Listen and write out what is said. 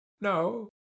No